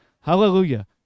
Hallelujah